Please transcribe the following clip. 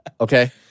Okay